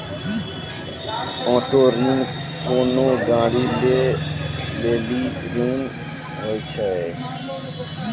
auto ऋण कोनो गाड़ी लै लेली ऋण होय छै